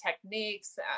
techniques